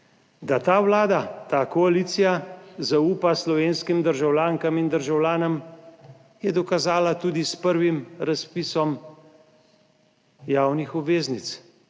Da ta Vlada, ta koalicija zaupa slovenskim državljankam in državljanom, je dokazala tudi s prvim razpisom javnih obveznic.